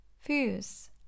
Fuse